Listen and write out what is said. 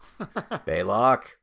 Baylock